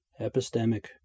epistemic